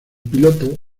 piloto